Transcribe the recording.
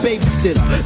Babysitter